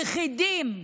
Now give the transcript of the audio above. יחידים,